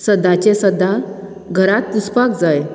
सदाचें सदां घरांत पुसपाक जाय